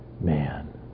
man